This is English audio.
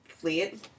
fleet